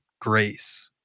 grace